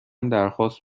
درخواست